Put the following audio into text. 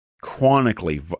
chronically